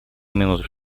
минуту